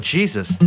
Jesus